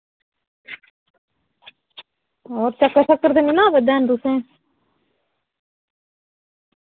होर चक्कर शक्कर ते नि ना आवा दे हैन तुसें